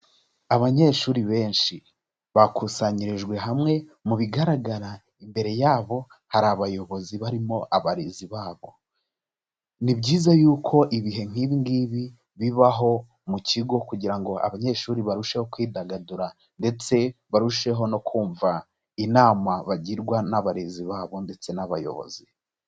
Abanyeshuri benshi bakusanyirijwe hamwe mu bigaragara imbere yabo hari abayobozi barimo abarezi babo. Ni byiza yuko ibihe nk'ibi ngibi bibaho mu kigo kugira ngo abanyeshuri barusheho kwidagadura ndetse barusheho no kumva inama bagirwa n'abarezi babo ndetse n'abayobozi.